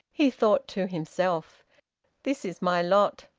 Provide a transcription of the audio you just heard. he thought to himself this is my lot.